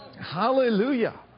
Hallelujah